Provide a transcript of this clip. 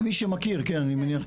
מי שמכיר, כן, אני מניח.